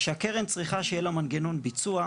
שהקרן צריכה שיהיה לה מנגנון ביצוע,